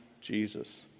Jesus